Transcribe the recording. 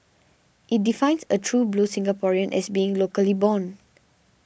it defines a true blue Singaporean as being locally born